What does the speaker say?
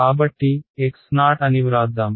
కాబట్టి xo అని వ్రాద్దాం